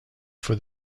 for